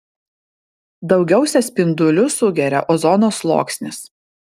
daugiausiai spindulių sugeria ozono sluoksnis